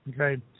Okay